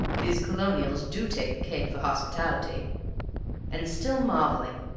these colonials do take the cake for hospitality and, still marvelling,